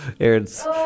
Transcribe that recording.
Aaron's